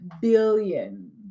billion